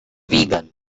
vegan